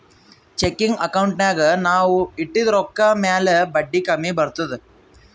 checking ಅಕೌಂಟ್ನಾಗ್ ನಾವ್ ಇಟ್ಟಿದ ರೊಕ್ಕಾ ಮ್ಯಾಲ ಬಡ್ಡಿ ಕಮ್ಮಿ ಬರ್ತುದ್